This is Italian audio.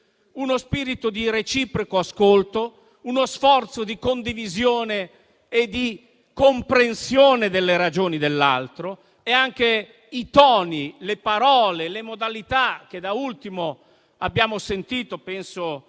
uno spirito di reciproco ascolto, uno sforzo di condivisione e di comprensione delle ragioni dell'altro. Anche i toni, le parole e le modalità che da ultimo abbiamo sentito (penso